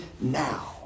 now